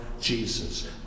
Jesus